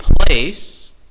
place